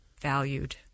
valued